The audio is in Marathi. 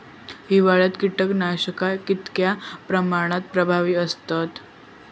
हिवाळ्यात कीटकनाशका कीतक्या प्रमाणात प्रभावी असतत?